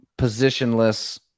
positionless